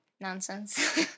nonsense